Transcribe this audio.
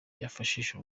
yafashije